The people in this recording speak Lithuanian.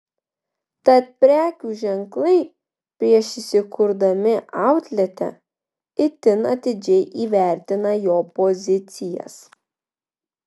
tad prekių ženklai prieš įsikurdami outlete itin atidžiai įvertina jo pozicijas